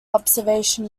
observation